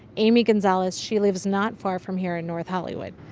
amy gonzalez. she lives not far from here in north hollywood.